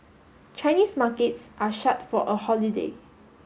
Chinese markets are shut for a holiday